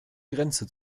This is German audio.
grenze